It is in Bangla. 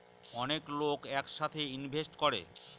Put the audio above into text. অনেক লোক এক সাথে ইনভেস্ট করে